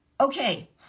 Okay